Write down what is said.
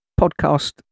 podcast